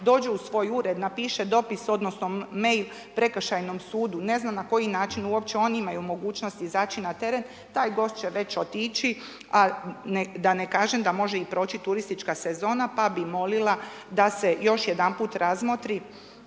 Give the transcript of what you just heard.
dođe u svoj ured, napiše dopis odnosno e-mail prekršajnom sudu, ne znam na koji način uopće oni imaju mogućnost izaći na teren, taj gost će već otići, a da ne kažem da može i proći turistička sezona, pa bi molila da se još jedan put razmotri